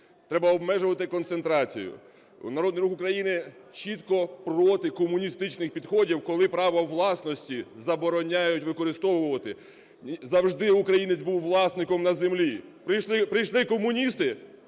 Треба обмежувати концентрацію. Народний Рух України чітко проти комуністичних підходів, коли право власності забороняють використовувати. Завжди українець був власником на землі. Прийшли комуністи